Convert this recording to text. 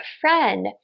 friend